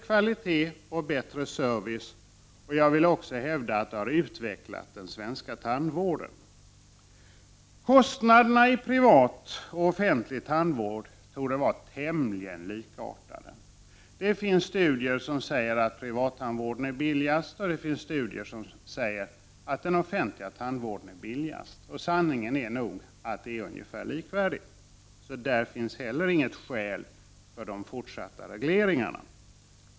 kvalitet och bättre service, och jag vill också hävda att den utvecklat den svenska tandvården. Kostnaderna i privat och offentlig tandvård torde vara tämligen likartade. Det finns studier som säger att privattandvården är billigast, och det finns studier som säger att den offentliga tandvården är billigast. Sanningen är nog att det är ungefär likvärdigt. Här finns alltså heller inget skäl för de fortsatta regleringarna.